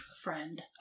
friend